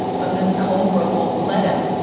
but mis' colebrook won't let him.